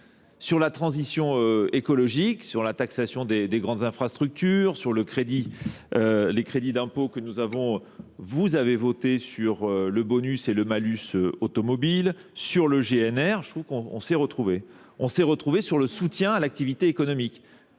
Sur la transition écologique, sur la taxation des grandes infrastructures, sur les crédits d'impôt que nous avons, vous avez voté sur le bonus et le malus automobile. Sur le GNR, je trouve qu'on s'est retrouvés. On s'est retrouvés sur le soutien à l'activité économique.